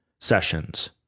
sessions